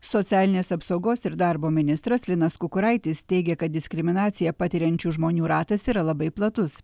socialinės apsaugos ir darbo ministras linas kukuraitis teigia kad diskriminaciją patiriančių žmonių ratas yra labai platus